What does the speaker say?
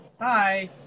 Hi